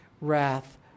wrath